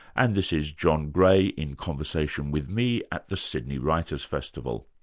and this is john gray in conversation with me at the sydney writers' festival.